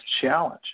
challenge